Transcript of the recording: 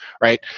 right